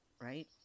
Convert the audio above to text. right